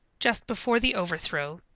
just before the overthrow,